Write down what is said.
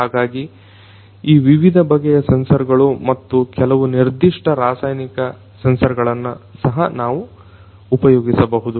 ಹಾಗಾಗಿ ಈ ವಿವಿಧ ಬಗೆಯ ಸೆನ್ಸರ್ ಗಳು ಮತ್ತು ಕೆಲವು ನಿರ್ದಿಷ್ಟ ರಾಸಾಯನಿಕ ಸೆನ್ಸರ್ಗಳನ್ನ ಸಹ ಉಪಯೋಗಿಸಬಹುದು